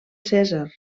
cèsar